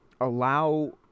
Allow